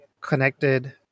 connected